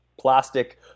plastic